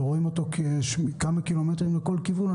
ורואים אותו כמה קילומטרים לכל כיוון,